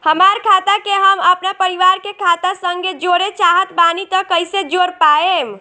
हमार खाता के हम अपना परिवार के खाता संगे जोड़े चाहत बानी त कईसे जोड़ पाएम?